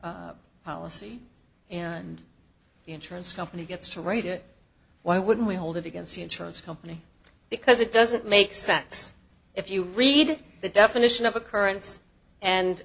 this policy and the insurance company gets to write it why wouldn't we hold it against the insurance company because it doesn't make sense if you read the definition of occurrence and